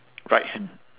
right hand